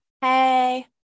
Hey